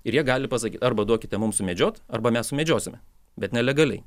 ir jie gali pasakyt arba duokite mums sumedžiot arba mes sumedžiosime bet nelegaliai